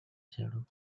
shadow